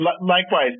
likewise